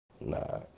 Nah